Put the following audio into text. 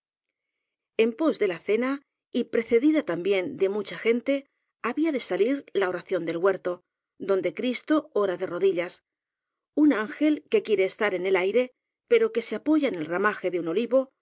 en pos de la cena y precedida también de mu cha gente había de salir la oración del huerto donde cristo ora de rodillas un ángel que quiere estar en el aire pero que se apoya en el ramaje de un olivo